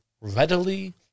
readily